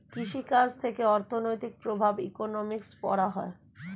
কৃষি কাজ থেকে অর্থনৈতিক প্রভাব ইকোনমিক্সে পড়া হয়